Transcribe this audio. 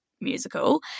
musical